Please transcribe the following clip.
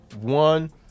One